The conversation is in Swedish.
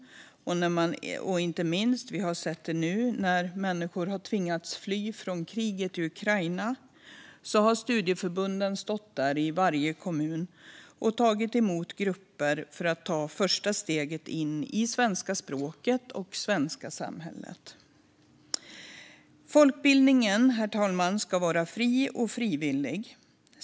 Inte minst ser vi det nu, när människor har tvingats fly från kriget i Ukraina. Då har studieförbunden stått där i varje kommun och tagit emot grupper för att ge dem det första steget in i det svenska språket och det svenska samhället. Herr talman! Folkbildningen ska vara fri och frivillig.